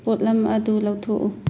ꯄꯣꯠꯂꯝ ꯑꯗꯨ ꯂꯧꯊꯣꯛꯎ